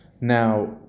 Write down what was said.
Now